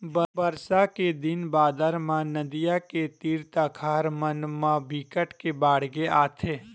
बरसा के दिन बादर म नदियां के तीर तखार मन म बिकट के बाड़गे आथे